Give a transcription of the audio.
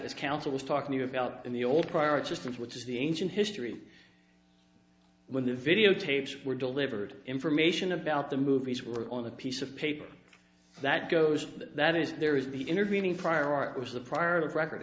this counsel was talking about in the old pirate systems which is the ancient history when the videotapes were delivered information about the movies were on a piece of paper that goes that is there is the intervening prior art was the prior of record